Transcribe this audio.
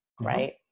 right